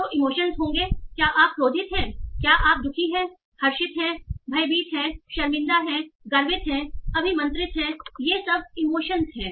तो इमोशन होंगे क्या आप क्रोधित हैं क्या आप दुखी हैं हर्षित हैं भयभीत हैं शर्मिंदा हैं गर्वित हैं अभिमंत्रित हैं ये सब इमोशंस हैं